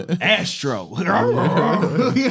Astro